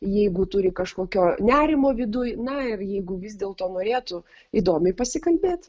jeigu turi kažkokio nerimo viduj na ir jeigu vis dėlto norėtų įdomiai pasikalbėt